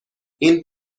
این